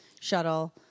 shuttle